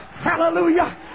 Hallelujah